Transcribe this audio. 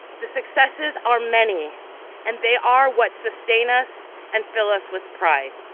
the successes are many and they are what sustain us and fill us with pride.